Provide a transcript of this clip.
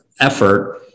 effort